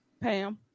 Pam